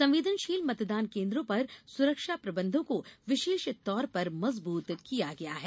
संवेदनशील मतदान केन्द्रों पर सुरक्षा प्रबंधों को विशेष तौर पर मजबूत किया गया है